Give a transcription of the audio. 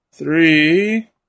Three